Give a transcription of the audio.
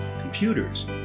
computers